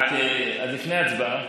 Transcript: אז לפני ההצבעה.